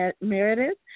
Meredith